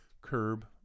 curb